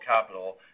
capital